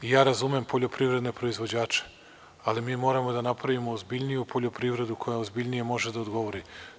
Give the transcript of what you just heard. Ja razumem poljoprivredne proizvođače, ali mi moramo da napravimo ozbiljniju poljoprivredu koja ozbiljnije može da odgovori.